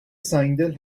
سنگدل